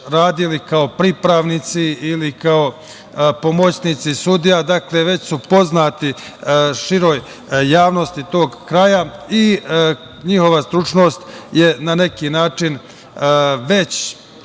radili kao pripravnici ili kao pomoćnici sudija. Dakle, već su poznati široj javnosti tog kraja i njihova stručnost je na neki način već